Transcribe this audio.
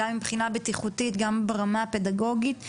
גם מבחינה בטיחותית וגם ברמה הפדגוגית.